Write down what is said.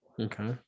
Okay